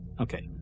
Okay